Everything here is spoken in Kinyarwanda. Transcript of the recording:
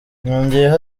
yongeyeho